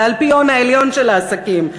לאלפיון העליון של העסקים,